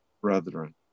brethren